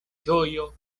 ĝojo